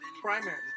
primary